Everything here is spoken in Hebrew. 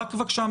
בבקשה,